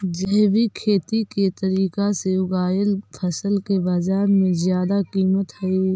जैविक खेती के तरीका से उगाएल फसल के बाजार में जादा कीमत हई